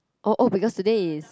oh oh because today is